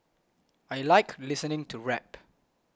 I like listening to rap